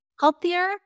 healthier